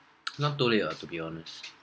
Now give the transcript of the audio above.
not too late lah to be honest